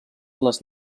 les